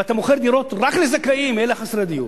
ואתה מוכר דירות רק לזכאים, אלה חסרי הדיור.